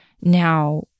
now